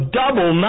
double